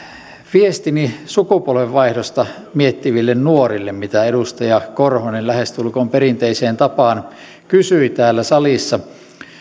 viestini sukupolvenvaihdosta miettiville nuorille mitä edustaja korhonen lähestulkoon perinteiseen tapaan kysyi täällä salissa